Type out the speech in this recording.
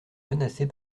menacés